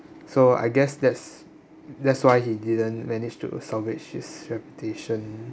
so I guess that's that's why he didn't manage to salvage his reputation